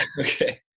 Okay